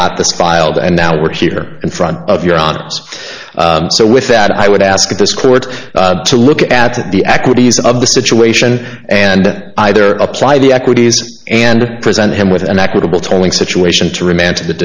got the spiled and now we're here in front of your audience so with that i would ask this court to look at the equities of the situation and either apply the equities and present him with an equitable tolling situation to remand to the